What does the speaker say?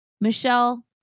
Michelle